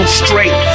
straight